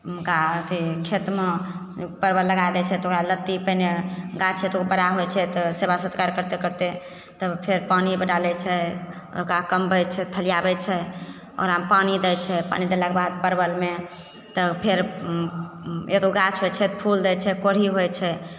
हुनका अथी खेतमे जे परबल लगा दै छै तऽ ओकरा लत्ती पहिने गाछ होइत छै तऽ ओ बड़ा होइत छै तऽ सेबासत्कार करते करते तब फेर पानि ओहिपर डालैत छै ओकरा कमबैत छै थलियाबैत छै ओकरामे पानि दै छै पानि देलाके बाद परबलमे तब फेर ओ ओ एतगो गाछ होइत छै फूल दै छै कोढ़ी होइत छै